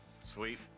Sweet